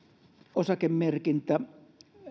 osakemerkintä